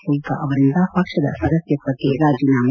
ಫೂಲ್ಕ ಅವರಿಂದ ಪಕ್ಷದ ಸದಸ್ಯತ್ವಕ್ಕೆ ರಾಜೀನಾಮೆ